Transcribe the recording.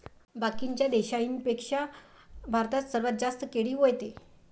बाकीच्या देशाइंपेक्षा भारतात सर्वात जास्त केळी व्हते